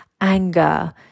anger